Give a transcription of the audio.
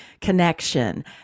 connection